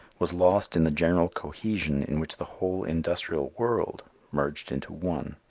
was lost in the general cohesion in which the whole industrial world merged into one.